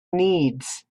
needs